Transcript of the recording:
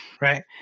Right